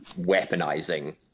weaponizing